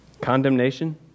condemnation